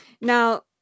Now